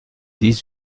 dix